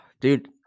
Dude